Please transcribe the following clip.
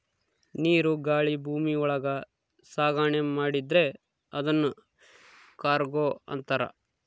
ನೀರು ಗಾಳಿ ಭೂಮಿ ಒಳಗ ಸಾಗಣೆ ಮಾಡಿದ್ರೆ ಅದುನ್ ಕಾರ್ಗೋ ಅಂತಾರ